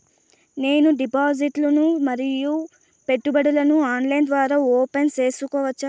నేను డిపాజిట్లు ను మరియు పెట్టుబడులను ఆన్లైన్ ద్వారా ఓపెన్ సేసుకోవచ్చా?